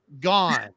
gone